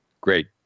great